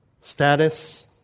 Status